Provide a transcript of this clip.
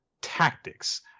tactics